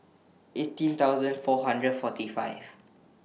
eighteen thousand four hundred forty five